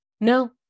No